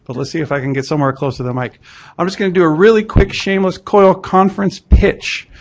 but let's see if i can get somewhere close to the mic. i'm just gonna do a really quick shameless coil conference pitch.